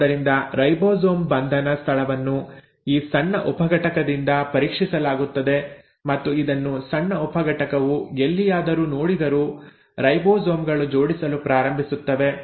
ಆದ್ದರಿಂದ ರೈಬೋಸೋಮ್ ಬಂಧನ ಸ್ಥಳವನ್ನು ಈ ಸಣ್ಣ ಉಪಘಟಕದಿಂದ ಪರೀಕ್ಷಿಸಲಾಗುತ್ತದೆ ಮತ್ತು ಇದನ್ನು ಸಣ್ಣ ಉಪಘಟಕವು ಎಲ್ಲಿಯಾದರು ನೋಡಿದರೂ ರೈಬೋಸೋಮ್ ಗಳು ಜೋಡಿಸಲು ಪ್ರಾರಂಭಿಸುತ್ತವೆ